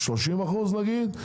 30% נגיד,